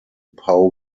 pow